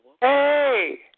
Hey